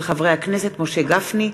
של חברי הכנסת משה גפני,